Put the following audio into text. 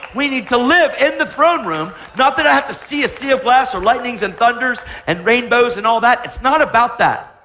we need to live in the throne room. not that i have to see a sea of glass, or lightening or and thunders, and rainbows and all that. it's not about that.